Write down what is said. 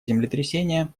землетрясения